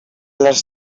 les